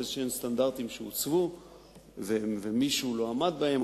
סטנדרטים מסוימים שהוצבו ומישהו לא עמד בהם,